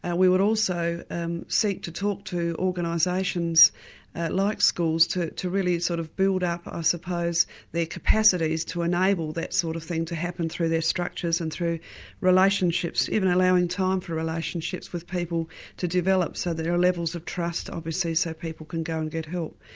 and we would also um seek to talk to organisations like schools to to really sort of build up ah their capacities to enable that sort of thing to happen through their structures and through relationships, even allowing time for relationships with people to develop so there are levels of trust obviously so people can go and get help.